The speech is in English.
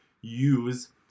use